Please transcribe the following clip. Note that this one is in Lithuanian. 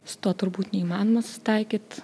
su tuo turbūt neįmanoma susitaikyt